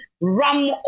rum